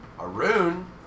Arun